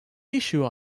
issue